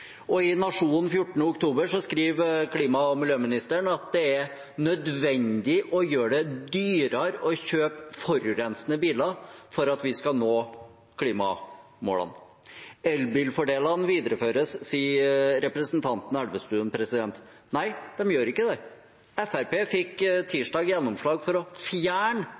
Og i Nationen 14. oktober skriver klima- og miljøministeren at det er nødvendig å gjøre det dyrere å kjøpe forurensende biler for at vi skal nå klimamålene. Elbilfordelene videreføres, sier representanten Elvestuen. Nei, de gjør ikke det. Fremskrittspartiet fikk tirsdag gjennomslag for å fjerne